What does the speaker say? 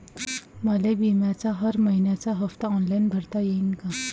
मले बिम्याचा हर मइन्याचा हप्ता ऑनलाईन भरता यीन का?